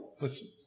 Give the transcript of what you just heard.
Listen